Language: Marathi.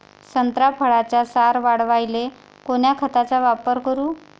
संत्रा फळाचा सार वाढवायले कोन्या खताचा वापर करू?